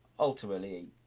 Ultimately